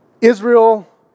Israel